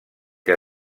que